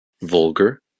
vulgar